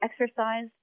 exercise